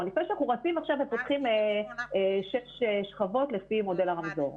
לפני שאנחנו רצים עכשיו ופותחים שש שכבות לפי מודל הרמזור.